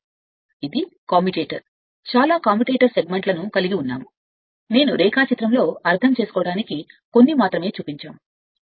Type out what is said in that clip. అప్పుడు ఇది కమ్యుటేటర్ ఇది చాలా కమ్యుటేటర్ సెగ్మెంట్ నేను రేఖాచిత్రంలో అర్థం చాలా తక్కువ మీకు చాలా ఉంటుంది